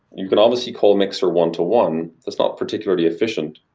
you can obviously call mixer one to one, that's not particularly efficient.